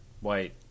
white